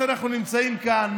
אנחנו נמצאים כאן,